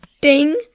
ding